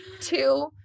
two